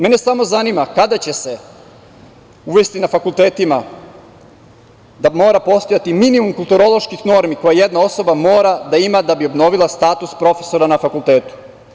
Mene samo zanima - kada će se uvesti na fakultetima da mora postojati minimum kulturoloških normi koje jedna osoba mora da ima da bi obnovila status profesora na fakultetu?